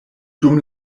dum